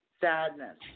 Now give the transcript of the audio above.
sadness